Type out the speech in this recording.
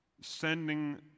sending